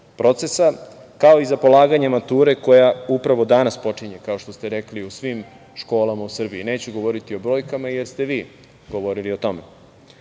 procesa, kao i za polaganje mature koja upravo danas počinje, kao što ste rekli, u svim školama u Srbiji. Neću govoriti o brojkama, jer ste vi o tome